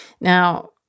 Now